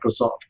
Microsoft